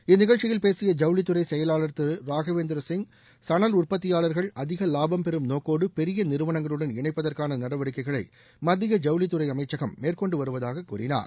இந்நிகழ்ச்சியில் பேசிய ஜவுளித்துறை செயலாளர் திரு ராகவேந்திர சிங் சணல் உற்பத்தியாளர்கள் அதிக லாபம் பெறும் நோக்கோடு பெரிய நிறுவனங்களுடன் இணைப்பதற்கான நடவடிக்கைகளை மத்திய ஜவுளித்துறை அமைச்சும் மேற்கொண்டு வருவதாக கூறினார்